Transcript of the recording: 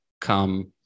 come